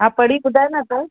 हा पढ़ी ॿुधाए न तूं